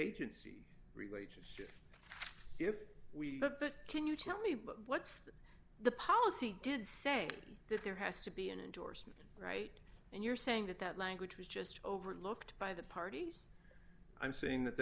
agency relationship if we can you tell me what's the policy did say that there has to be an endorser right and you're saying that that language was just overlooked by the parties i'm saying that